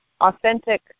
authentic